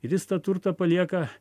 ir jis tą turtą palieka